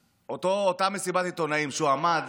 אותה מסיבת עיתונאים, שבה הוא עמד